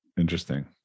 Interesting